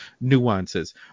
nuances